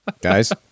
Guys